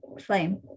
flame